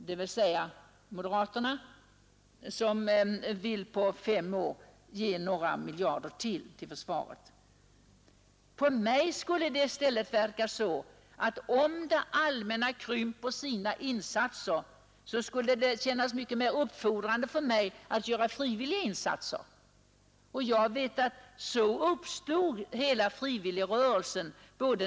Det är moderaterna som säger detta — det parti som på fem år vill ge några miljarder mer till försvaret. Om det allmänna krymper sina insatser, skulle det för mig kännas än mer uppfordrande att göra frivilliga insatser. Så uppstod ursprungligen hela frivilligrörelsen.